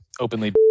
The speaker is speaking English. openly